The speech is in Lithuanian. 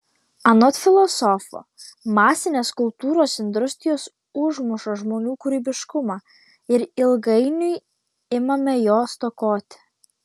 anot filosofo masinės kultūros industrijos užmuša žmonių kūrybiškumą ir ilgainiui imame jo stokoti